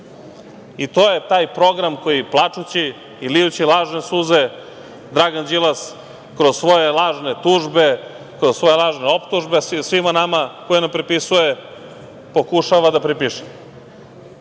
i to je taj program koji plačući i lijući lažne suze Dragan Đilas kroz svoje lažne tužbe, kroz svoje lažne optužbe svima nama kojima nam prepisuje pokušava da pripiše